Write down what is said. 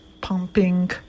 pumping